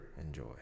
enjoy